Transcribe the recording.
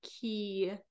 key